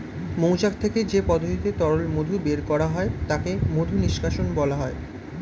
মৌচাক থেকে যে পদ্ধতিতে তরল মধু বের করা হয় তাকে মধু নিষ্কাশণ বলা হয়